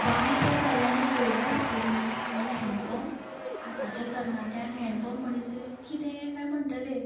बांय तर सगल्यांनीच पयल्याच आसतली न्ही म्हटल्यार हँड पंप आतांच्या तरनाट्यांक हँड पंप म्हणीत जाल्यार कितें कांय म्हणटले